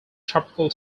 tropical